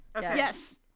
yes